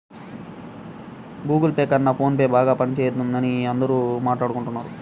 Google pay కన్నా phone పేనే బాగా పనిజేత్తందని అందరూ మాట్టాడుకుంటన్నారు